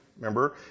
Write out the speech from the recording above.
remember